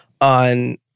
on